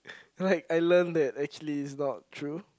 like I learned that actually it's not true